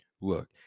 Look